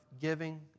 giving